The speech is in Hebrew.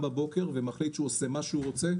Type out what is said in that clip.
בבוקר ומחליט שהוא עושה מה שהוא רוצה,